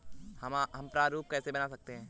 हम प्रारूप कैसे बना सकते हैं?